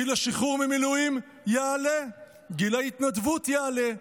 גיל השחרור מהמילואים יעלה, גיל ההתנדבות יעלה.